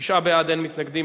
2 נתקבלו.